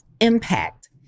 impact